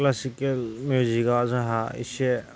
classical मिउजिकआ जोंहा इसे